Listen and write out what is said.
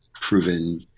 proven